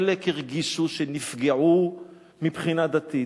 חלק הרגישו שנפגעו מבחינה דתית,